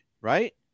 Right